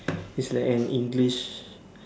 is like an English